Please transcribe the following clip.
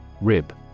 Rib